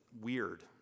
weird